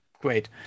great